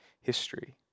history